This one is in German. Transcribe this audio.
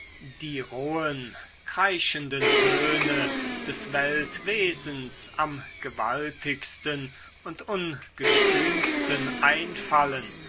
die rohen kreischenden töne des weltwesens am gewaltigsten und ungestümsten einfallen